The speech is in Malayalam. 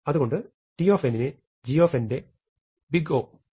അതുകൊണ്ട് t നെ g ന്റെ big O big Og എന്ന് വിളിക്കാവുന്നതാണ്